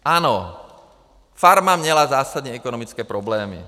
Ano, farma měla zásadní ekonomické problémy.